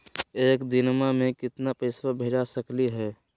एक दिनवा मे केतना पैसवा भेज सकली हे?